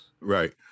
Right